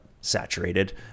saturated